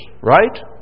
right